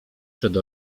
przed